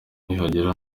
nihagira